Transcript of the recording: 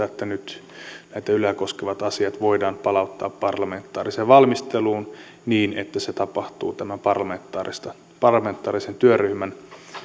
että nyt nämä yleä koskevat asiat voidaan palauttaa parlamentaariseen valmisteluun niin että se tapahtuu tämän parlamentaarisen työryhmän